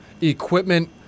equipment